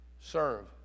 serve